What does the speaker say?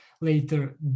later